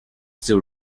still